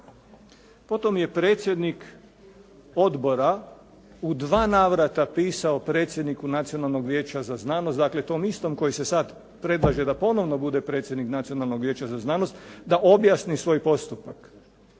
Potom je predsjednik odbora u dva navrata pisao predsjedniku Nacionalnog vijeća za znanost, dakle tom istom koji se sad predlaže da ponovno bude predsjednik Nacionalnog vijeća za znanost, da objasni svoj postupak.